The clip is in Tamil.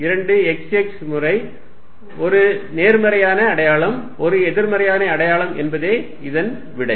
2 x x முறை 1 நேர்மறையான அடையாளம் 1 எதிர்மறை அடையாளம் என்பதே இதன் விடை